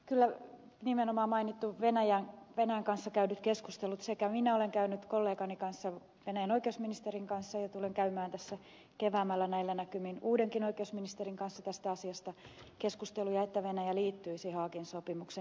kyllä nimenomaan mainitut venäjän kanssa käydyt keskustelut minä olen käynyt kollegani venäjän oikeusministerin kanssa ja tulen käymään tässä keväämmällä näillä näkymin uudenkin oikeusministerin kanssa tästä asiasta keskusteluja että venäjä liittyisi haagin sopimukseen